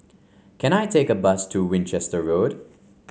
can I take a bus to Winchester Road